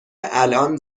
الان